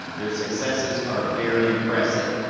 their successes are very impressive.